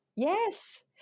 Yes